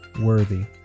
worthy